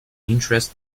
interest